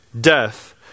death